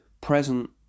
present